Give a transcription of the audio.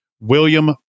William